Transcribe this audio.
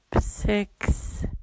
six